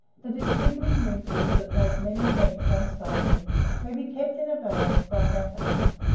the disfiguring wrinkles that make many necks unsightly may be kept in obeyance by massaging.